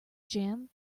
jam